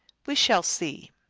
we shall see!